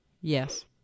Yes